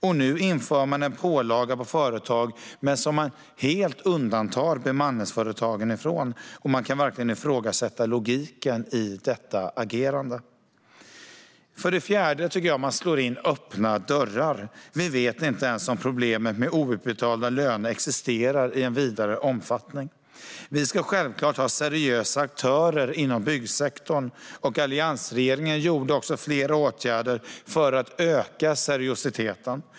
Och nu inför man en pålaga på företag, men man undantar bemanningsföretagen helt. Logiken i detta agerande kan verkligen ifrågasättas. För det fjärde slår man in öppna dörrar. Vi vet inte ens om problemet med icke utbetalda löner existerar i någon vidare omfattning. Vi ska självklart ha seriösa aktörer inom byggsektorn. Alliansregeringen vidtog också flera åtgärder för att öka seriositeten.